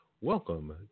welcome